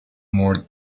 more